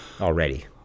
already